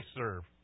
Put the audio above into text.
serve